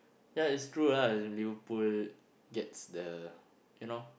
ya it's true ah Liverpool gets the you know